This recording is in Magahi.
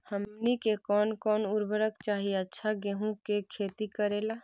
हमनी के कौन कौन उर्वरक चाही अच्छा गेंहू के खेती करेला?